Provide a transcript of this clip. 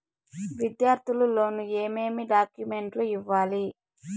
విద్యార్థులు లోను ఏమేమి డాక్యుమెంట్లు ఇవ్వాలి?